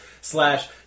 slash